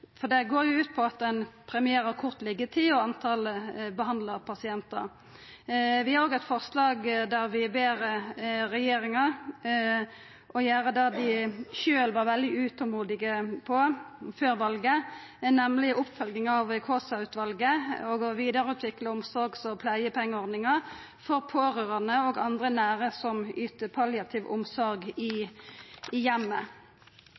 for det går ut på at ein premierer kort liggjetid og talet på behandla pasientar. Vi har òg eit forslag der vi ber regjeringa gjera det dei sjølv var veldig utolmodige på før valet, nemleg følgja opp Kaasa-utvalet og vidareutvikla omsorgs- og pleiepengeordninga for pårørande og andre nære som yter palliativ omsorg i